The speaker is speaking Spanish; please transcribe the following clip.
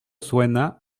suena